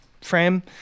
frame